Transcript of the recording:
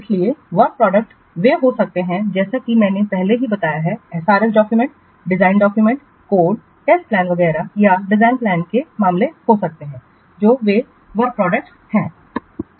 इसलिए work product हो सकते हैं जैसा कि मैंने पहले ही बताया है SRS document design document code test plan वगैरह या डिज़ाइन प्लान के मामले हो सकते हैं जो वे वर्क प्रोडक्ट हैं